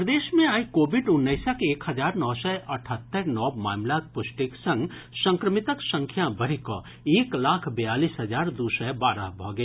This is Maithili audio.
प्रदेश मे आइ कोविड उन्नैसक एक हजार नओ सय अठहत्तरि नव मामिलाक पुष्टिक संग संक्रमितक संख्या बढ़ि कऽ एक लाख बयालीस हजार दू सय बारह भऽ गेल